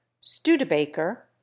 Studebaker